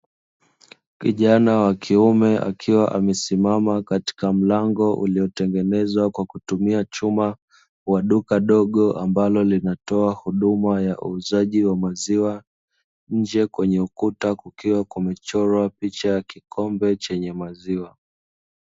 Kijana wa kiume akiwa amesimama katika mlango uliotengenezwa kwa kutumia chuma, wa duka dogo ambalo linatoa huduma ya uuzaji wa maziwa nje kwenye ukuta kukiwa kumechorwa picha ya kikombe chenye maziwa.